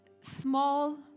small